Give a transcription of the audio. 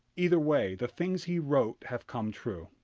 either way, the things he wrote have come true.